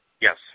Yes